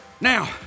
Now